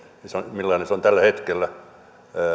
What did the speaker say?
millainen se on tällä hetkellä